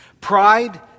Pride